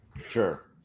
sure